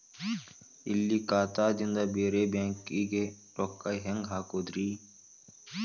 ಇಲ್ಲಿ ಖಾತಾದಿಂದ ಬೇರೆ ಬ್ಯಾಂಕಿಗೆ ರೊಕ್ಕ ಹೆಂಗ್ ಹಾಕೋದ್ರಿ?